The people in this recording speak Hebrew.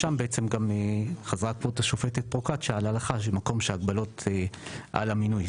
שם חזרה כבוד השופטת פרוקצ'יה על ההלכה שמקום שההגבלות על המינוי,